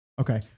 Okay